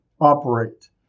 operate